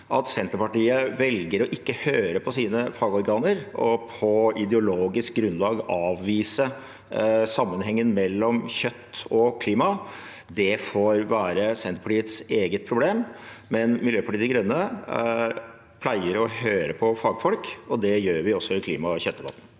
At Senterpartiet velger ikke å høre på sine fagorganer og på ideologisk grunnlag avviser sammenhengen mellom kjøtt og klima, får være Senterpartiets eget problem. Miljøpartiet De Grønne pleier å høre på fagfolk, og det gjør vi også i klima- og kjøttdebatten.